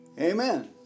Amen